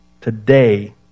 today